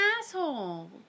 asshole